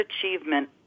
achievement